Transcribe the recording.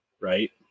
right